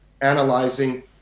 analyzing